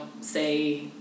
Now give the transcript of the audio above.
say